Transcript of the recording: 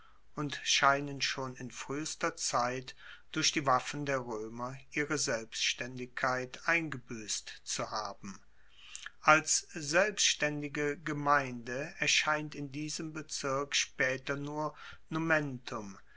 und scheinen schon in fruehester zeit durch die waffen der roemer ihre selbstaendigkeit eingebuesst zu haben als selbstaendige gemeinde erscheint in diesem bezirk spaeter nur